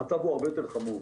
המצב הוא הרבה יותר חמור,